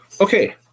Okay